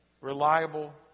reliable